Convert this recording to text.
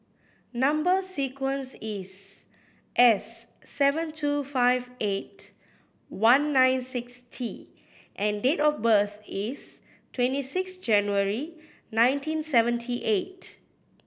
number sequence is S seven two five eight one nine six T and date of birth is twenty six January nineteen seventy eight